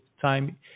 time